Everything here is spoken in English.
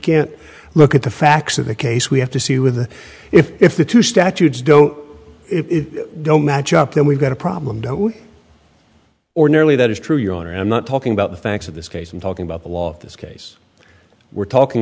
can't look at the facts of the case we have to see with the if if the two statutes don't don't match up then we've got a problem don't ordinarily that is true your honor i'm not talking about the facts of this case i'm talking about the law this case we're talking